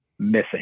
missing